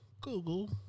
Google